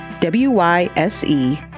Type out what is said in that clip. W-Y-S-E